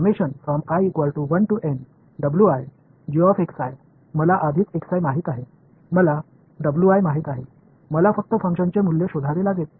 तर मला आधीच माहित आहे मला माहित आहे मला फक्त फंक्शनचे मूल्य शोधावे लागेल